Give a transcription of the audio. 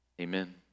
Amen